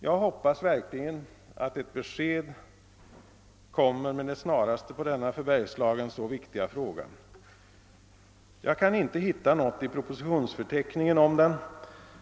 Jag hoppas verkligen, att ett besked kommer med det snaraste på denna för Bergslagen så viktiga fråga. Jag kan inte finna något i propositionsförteckningen om den,